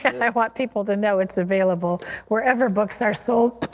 and i want people to know it is available wherever books are sold.